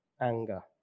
anger